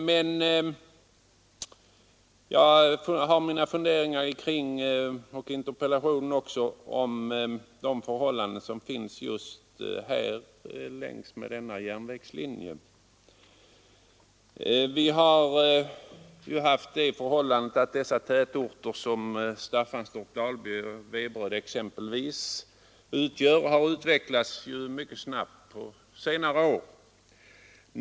Men jag har, som framgår av interpellationen, vissa funderingar om förhållandena just längs denna järnvägslinje. Tätorter som Staffanstorp, Dalby och Veberöd har utvecklats mycket snabbt på senare år.